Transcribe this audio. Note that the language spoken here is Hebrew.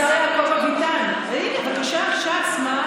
השר יעקב אביטן, הינה, בבקשה, ש"ס.